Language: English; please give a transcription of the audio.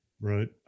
right